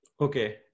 Okay